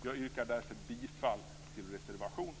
Jag yrkar därför bifall till reservationen.